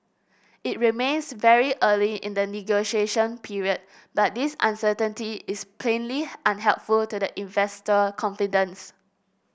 it remains very early in the negotiation period but this uncertainty is plainly unhelpful to the investor confidence